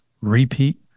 repeat